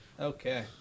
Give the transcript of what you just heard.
Okay